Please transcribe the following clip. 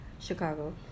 Chicago